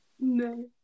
No